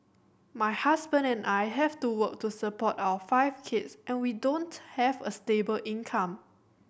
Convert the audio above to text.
my husband and I have to work to support our five kids and we don't have a stable income